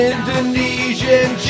Indonesian